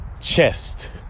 chest